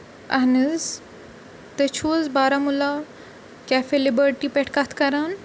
اہن حظ تُہۍ چھِو حظ بارہمولہ کیفے لِبٲرٹی پٮ۪ٹھ کَتھ کَران